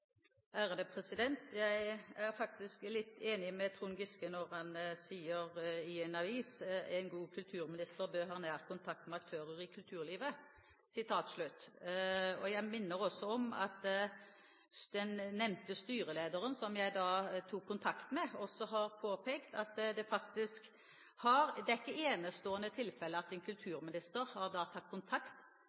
Jeg er faktisk litt enig med Trond Giske når han sier i en avis: En god kulturminister bør ha nær kontakt med aktører i kulturlivet. Jeg minner også om at den nevnte styrelederen, som jeg tok kontakt med, også har påpekt at det ikke er noe enestående tilfelle at en kulturminister tar kontakt med også denne styrelederen og MiST. Ledelsen i MiST har